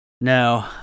No